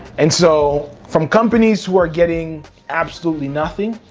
and so from companies who are getting absolutely nothing,